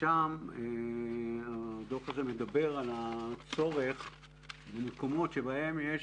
ושם הדוח מדבר על הצורך במקומות שבהם יש